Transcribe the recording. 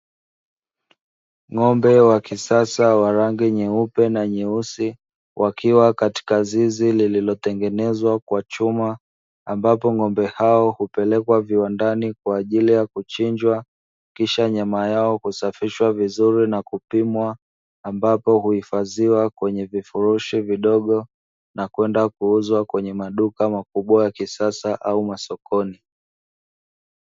Ngo’mbe wa kisasa wa rangi nyeupe na nyeusi wakiwa katika zizi lililotengenezwa kwa chuma ambapo ng,ombe hao kupelekwa viwandani kwa ajili ya kuchinjwa, kisha nyama yao husafishwa vizuri na kupimwa ambapo uhifadhiwa kwenye vifurushi vidogo na kwenda kuuzwa kwenye maduka makubwa ya kisasa au masokoni.